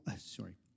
sorry